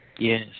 Yes